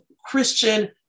Christian